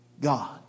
God